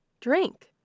Drink